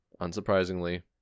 Unsurprisingly